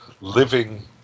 living